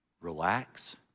Relax